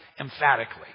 emphatically